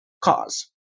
cause